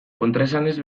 kontraesanez